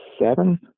seven